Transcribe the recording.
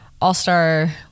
all-star